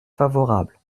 favorable